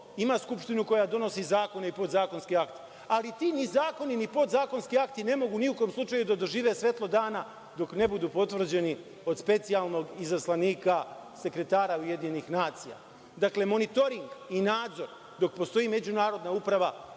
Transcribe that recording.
ima skupštinu koja donosi zakone i podzakonska akta, ali ti zakoni i podzakonski akti ne mogu ni u kom slučaju da dožive svetlo dana dok ne budu potvrđeni od specijalnog izaslanika sekretara UN. Dakle, monitoring i nadzor, dok postoji međunarodna uprava,